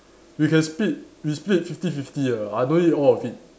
we can split we split fifty fifty ah I don't need all of it